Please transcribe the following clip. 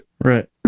right